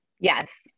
Yes